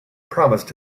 promised